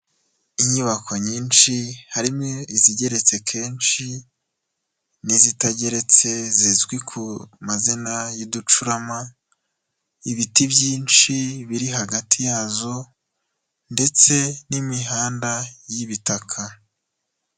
Inyubako nyinshi, harimo izigeretse kenshi n'izitageretse zizwi ku mazina y'uducurama, ibiti byinshi biri hagati yazo ndetse n'imihanda y'ibitaka.